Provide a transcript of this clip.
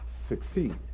succeed